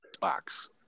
box